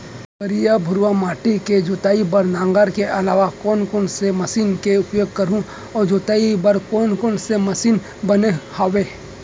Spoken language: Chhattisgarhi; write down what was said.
करिया, भुरवा माटी के जोताई बर नांगर के अलावा कोन कोन से मशीन के उपयोग करहुं अऊ जोताई बर कोन कोन से मशीन बने हावे?